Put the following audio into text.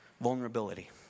Vulnerability